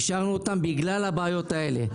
השארנו אותם בגלל הבעיות האלה.